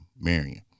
Marion